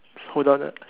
hold on ah